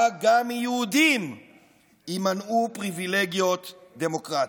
שבה גם מיהודים יימנעו פריבילגיות דמוקרטיות.